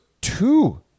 two